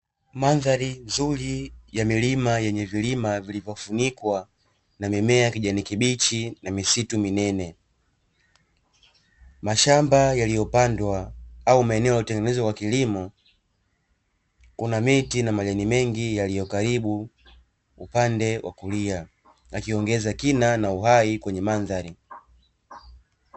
Mandhari nzuri ya milima yenye vilima vilivyofunikwa na mimea ya kijani kibichi na misitu minene. Mashamba yaliyopandwa au maeneo yaliyotengenezwa kwa kilimo kuna miti na majani mengi yaliyokaribu upande wa kulia yakiongeza kina na uhai kwenye mandhari.